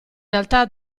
realtà